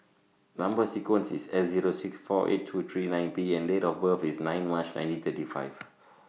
Number sequence IS S Zero six four eight two three nine P and Date of birth IS nine March nineteen thirty five